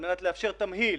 על מנת לאפשר תמהיל